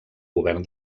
govern